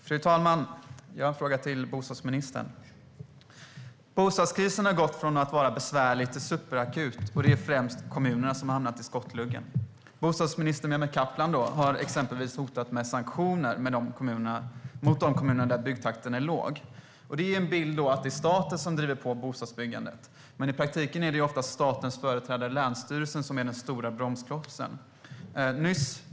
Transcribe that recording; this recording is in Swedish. Fru talman! Jag har en fråga till bostadsministern. Bostadskrisen har gått från att vara besvärlig till superakut. Det är främst kommunerna som har hamnat i skottgluggen. Bostadsminister Mehmet Kaplan har exempelvis hotat med sanktioner mot de kommuner där byggtakten är låg. Det ger en bild av att det är staten som driver på bostadsbyggandet, men i praktiken är det oftast statens företrädare länsstyrelsen som är den stora bromsklossen.